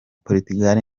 portugal